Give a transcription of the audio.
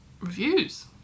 reviews